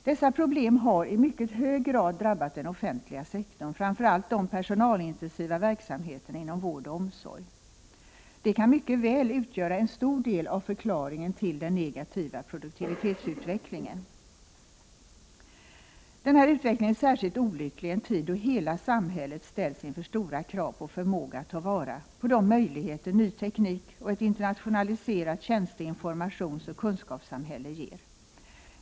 Dessa problem har i mycket hög grad drabbat den offentliga sektorn, framför allt de personalintensiva verksamheterna inom vård och omsorg. De kan mycket väl utgöra en stor del av förklaringen till den negativa produktivitetsutvecklingen. Utvecklingen är särskilt olycklig i en tid då hela samhället ställs inför stora krav på förmåga att ta vara på de möjligheter ny teknik och ett internationaliserat tjänste-, informationsoch kunskapssamhälle ger.